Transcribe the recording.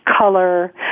color